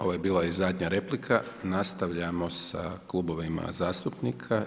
Ovo je bila i zadnja replika, nastavljamo sa klubovima zastupnika.